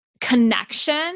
connection